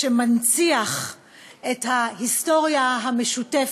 שמנציח את ההיסטוריה המשותפת,